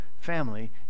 family